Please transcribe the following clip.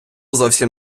зовсім